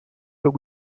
but